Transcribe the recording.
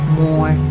more